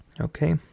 Okay